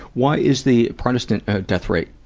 why is the protestant, ah, death rate,